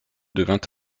devint